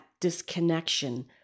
disconnection